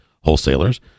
Wholesalers